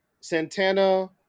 santana